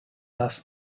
thus